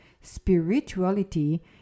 spirituality